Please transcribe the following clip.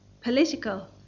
political